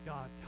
God